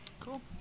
Cool